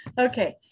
Okay